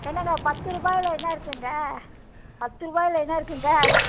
என்னங்க பத்து ரூபாயில் என்ன இருக்குதுங்க பத்து ரூபாயில் என்ன இருக்குதுங்க